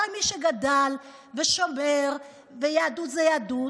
הרי מי שגדל ושומר ויהדות זה יהדות,